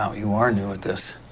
ah you are new at this.